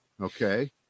Okay